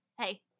hey